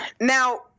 Now